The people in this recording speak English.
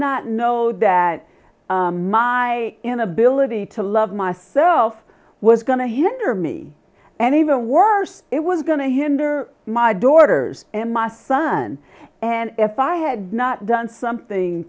not know that my inability to love myself was going to hinder me and even worse it was going to hinder my daughters and my son and if i had not done something